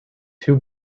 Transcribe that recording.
two